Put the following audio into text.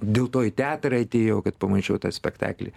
dėl to į teatrą atėjau kad pamačiau tą spektaklį